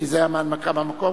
כי זה היה הנמקה מהמקום?